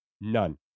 None